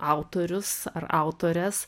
autorius ar autores